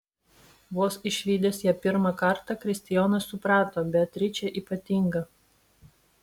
vos išvydęs ją pirmą kartą kristijonas suprato beatričė ypatinga